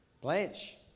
Blanche